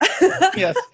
Yes